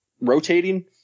rotating